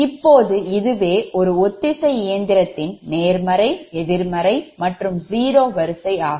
இப்போது இதுவே ஒரு ஒத்திசை இயந்திரத்தின் நேர்மறை எதிர்மறை மற்றும் 0 வரிசை ஆகும்